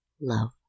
love